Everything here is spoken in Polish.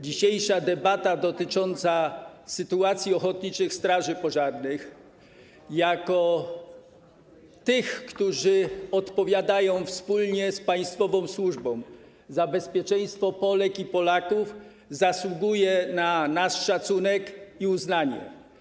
Dzisiejsza debata dotycząca sytuacji ochotniczych straży pożarnych jako tych, które odpowiadają wspólnie z państwową służbą za bezpieczeństwo Polek i Polaków, zasługuje na nasz szacunek i uznanie.